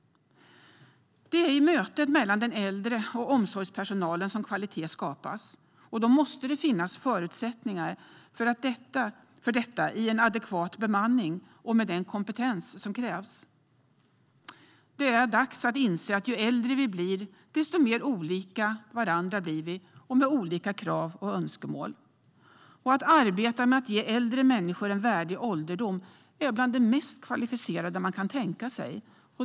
Det är i mötet mellan den äldre och omsorgspersonalen som kvalitet skapas, och då måste det finnas förutsättningar för detta i en adekvat bemanning och med den kompetens som krävs. Det är dags att inse att ju äldre vi blir desto mer olika varandra blir vi, med olika krav och önskemål. Att arbeta med att ge äldre människor en värdig ålderdom är bland det mest kvalificerade man kan tänka sig.